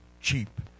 cheap